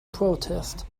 protest